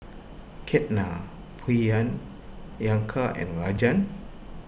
Ketna Priyan Yanka and Rajan